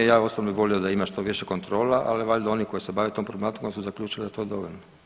Ja osobno bi volio da ima što više kontrola, ali valjda oni koji se bave tom problematikom su zaključili da je to dovoljno.